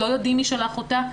לא יודעים מי שלח אותה,